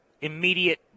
immediate